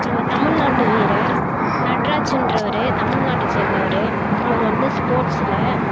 நம்ம தமிழ்நாட்டு வீரர் நட்ராஜன்றவரு தமிழ்நாட்டை சேர்ந்தவர் அவரு வந்து ஸ்போர்ட்ஸில்